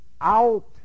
out